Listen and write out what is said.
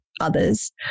others